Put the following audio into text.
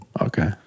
Okay